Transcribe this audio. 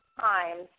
times